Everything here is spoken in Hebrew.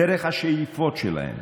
דרך השאיפות שלהם,